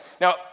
Now